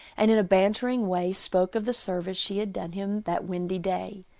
and in a bantering way spoke of the service she had done him that windy day.